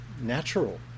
natural